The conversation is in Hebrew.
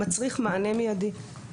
מצריך מענה מידי.